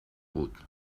بود